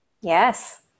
yes